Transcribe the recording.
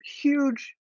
huge